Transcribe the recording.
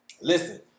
Listen